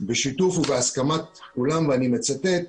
בשיתוף ובהסכמת כולם, ואני מצטט,